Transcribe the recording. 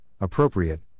appropriate